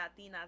Latinas